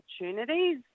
opportunities